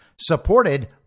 supported